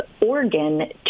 organ